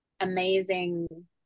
amazing